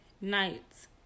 nights